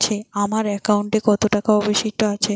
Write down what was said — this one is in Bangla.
আমার একাউন্টে কত টাকা অবশিষ্ট আছে?